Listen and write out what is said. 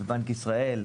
בבנק ישראל,